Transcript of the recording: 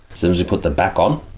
soon as we put the back on,